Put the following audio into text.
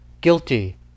guilty